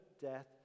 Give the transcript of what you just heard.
death